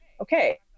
okay